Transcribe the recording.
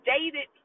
David